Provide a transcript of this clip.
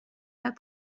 pas